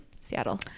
seattle